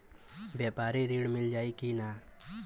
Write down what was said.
व्यापारी ऋण मिल जाई कि ना?